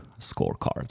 scorecard